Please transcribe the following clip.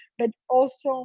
but also